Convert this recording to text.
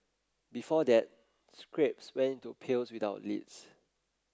before that scraps went into pails without lids